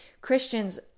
Christian's